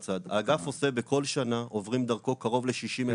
האגף, בכל שנה עוברים דרכו קרוב ל-60,000.